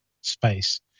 space